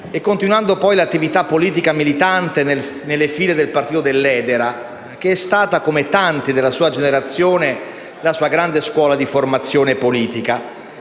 e continuando l'attività politica militante nelle file del partito dell'edera, che è stata, come per tanti della sua generazione, la sua grande scuola di formazione politica.